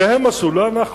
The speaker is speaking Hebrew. את זה הם עשו, לא אנחנו.